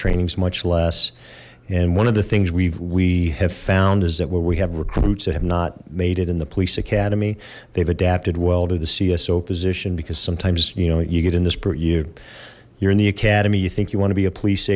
trainings much less and one of the things we've we have found is that where we have recruits that have not made it in the police academy they've adapted well to the cso position because sometimes you know you get in this pretty you're in the academy you think you want to be a police